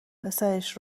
پسرش